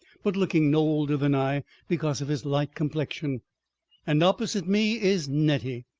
but looking no older than i because of his light complexion and opposite me is nettie,